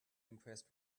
impressed